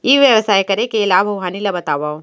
ई व्यवसाय करे के लाभ अऊ हानि ला बतावव?